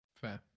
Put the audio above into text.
Fair